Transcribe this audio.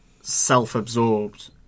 self-absorbed